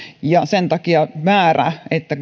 ja sen takia se määrä se että